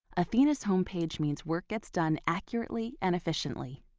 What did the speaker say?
athena's home page means work gets done accurately and efficiently.